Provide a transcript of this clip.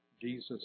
Jesus